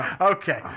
Okay